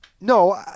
No